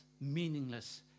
meaningless